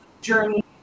journey